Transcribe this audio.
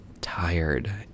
tired